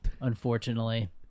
unfortunately